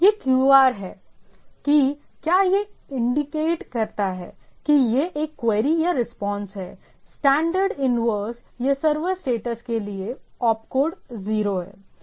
यह QR है कि क्या यह इंडिकेट करता है कि यह एक क्वेरी या रिस्पांस है स्टैंडर्ड इन्वर्स या सर्वर स्टेटस के लिए ओपकोड 0